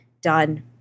done